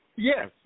Yes